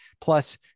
Plus